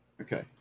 Okay